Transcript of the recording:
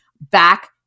back